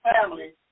family